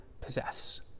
possess